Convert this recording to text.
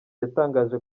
yatangaje